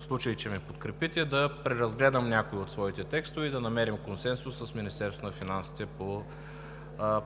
в случай че ме подкрепите, да преразгледам някои от своите текстове и да намерим консенсус с Министерството на финансите по